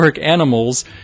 animals